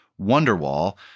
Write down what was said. Wonderwall